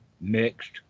mixed